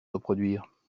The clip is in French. reproduire